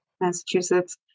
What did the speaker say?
Massachusetts